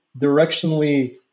directionally